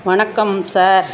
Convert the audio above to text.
வணக்கம் சார்